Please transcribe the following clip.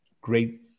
great